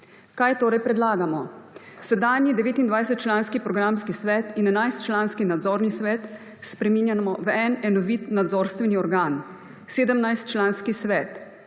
Kaj torej predlagamo? Sedanji 29-članski programski svet in 11-članski nadzorni svet spreminjamo v en enovit nadzorstveni organ, 17-članski svet.